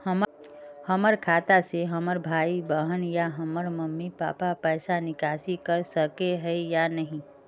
हमरा खाता से हमर भाई बहन या हमर मम्मी पापा पैसा निकासी कर सके है या नहीं?